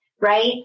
right